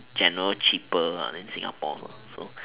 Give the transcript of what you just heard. generally cheaper than singapore also